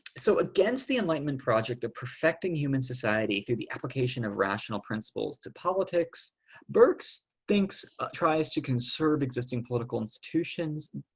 so against the enlightenment project of perfecting human society through the application of rational principles to politics burke's thinks tries to conserve existing political institutions.